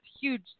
huge